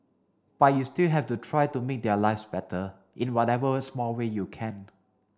but you still have to try to make their lives better in whatever small way you can